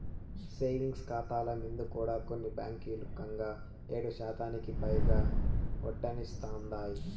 savings కాతాల మింద కూడా కొన్ని బాంకీలు కంగా ఏడుశాతానికి పైగా ఒడ్డనిస్తాందాయి